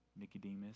Nicodemus